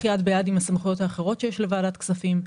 יד ביד עם הסמכויות האחרות שיש לוועדת הכספים.